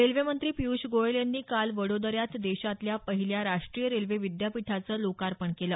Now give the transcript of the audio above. रेल्वेमंत्री पीयूष गोयल यांनी काल वडोदऱ्यात देशातल्या पहिल्या राष्ट्रीय रेल्वे विद्यापीठाचं लोकार्पण केलं